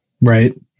right